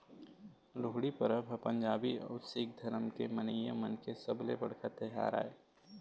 लोहड़ी परब ह पंजाबी अउ सिक्ख धरम के मनइया मन के सबले बड़का तिहार आय